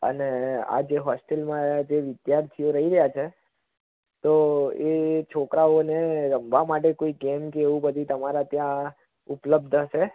અને આ જે હોસ્ટેલમાં જે વિદ્યાર્થીઓ રહી રહ્યા છે તો એ છોકરાઓને રમવા માટે કોઈ ગેમ કે એવું કશું તમારા ત્યાં ઉપલબ્ધ છે